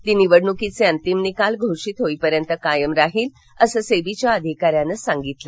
ती निवडणुकीचे अंतिम निकाल घोषित होईपर्यंत कायम राहील असं सेबीच्या अधिकाऱ्यानं सांगितलं